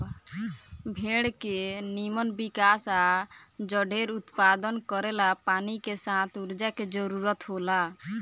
भेड़ के निमन विकास आ जढेर उत्पादन करेला पानी के साथ ऊर्जा के जरूरत होला